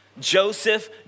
Joseph